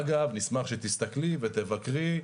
אגב, נשמח שתסתכלי ותבקרי.